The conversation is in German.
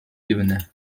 ebene